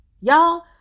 Y'all